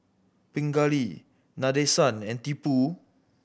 Pingali Nadesan and Tipu